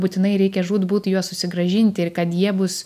būtinai reikia žūtbūt juos susigrąžinti ir kad jie bus